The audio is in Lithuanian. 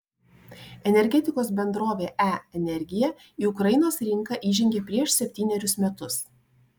energetikos bendrovė e energija į ukrainos rinką įžengė prieš septynerius metus